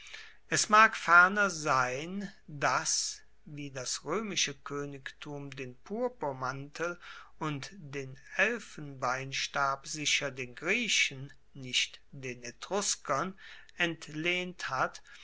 es mag ferner sein dass wie das roemische koenigtum den purpurmantel und den elfenbeinstab sicher den griechen nicht den etruskern entlehnt hat